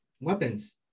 weapons